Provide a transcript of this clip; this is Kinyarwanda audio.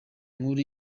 nkuru